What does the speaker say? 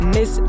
Miss